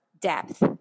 depth